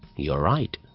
you're right.